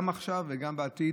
גם עכשיו וגם בעתיד,